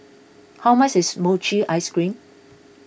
how much is Mochi Ice Cream